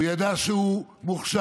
הוא ידע שהוא מוכשר,